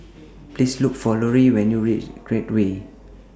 Please Look For Loree when YOU REACH Create Way